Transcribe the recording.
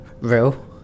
Real